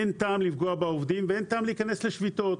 אין טעם לפגוע בעובדים ואין טעם להיכנס לשביתות.